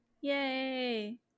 Yay